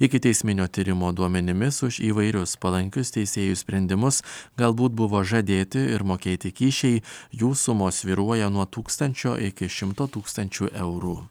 ikiteisminio tyrimo duomenimis už įvairius palankius teisėjų sprendimus gal būt buvo žadėti ir mokėti kyšiai jų sumos svyruoja nuo tūkstančio iki šimto tūkstančių eurų